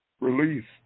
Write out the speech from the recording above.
released